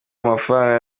amafaranga